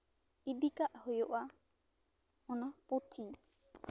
ᱤᱫᱤ ᱠᱟᱜ ᱦᱩᱭᱩᱜᱼᱟ ᱚᱱᱟ ᱯᱩᱛᱷᱤ